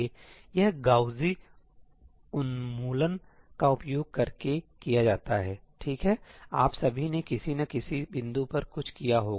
तो यह गाऊसी उन्मूलन का उपयोग करके किया जाता है ठीक है आप सभी ने किसी न किसी बिंदु पर कुछ किया होगा